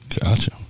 Gotcha